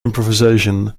improvisation